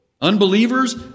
unbelievers